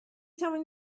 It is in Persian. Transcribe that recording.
توانید